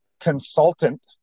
consultant